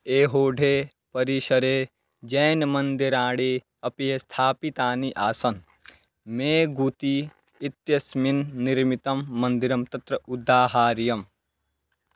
ऐहोळे परिसरे जैनमन्दिराणि अपि स्थापितानि आसन् मेगुति इत्यस्मिन् निर्मितं मन्दिरं तत्र उदाहार्यम्